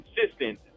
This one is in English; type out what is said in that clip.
consistent